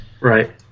Right